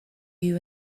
you